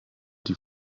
die